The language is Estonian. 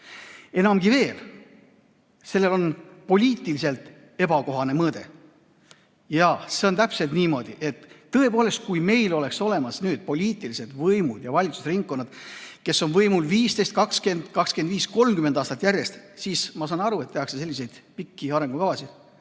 Enamgi veel, sellel on poliitiliselt ebakohane mõõde. Jaa, see on täpselt niimoodi, et tõepoolest, kui meil oleks poliitilised võimud ja valitsusringkonnad, kes on võimul 15, 20, 25, 30 aastat järjest, siis ma saaksin aru, et tehakse selliseid pikki arengukavasid.